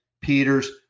Peters